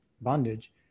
bondage